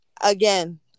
Again